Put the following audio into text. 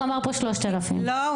הוא אמר פה 3,000.) לא.